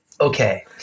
Okay